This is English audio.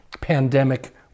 pandemic